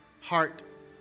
heart